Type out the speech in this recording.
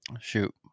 shoot